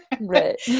right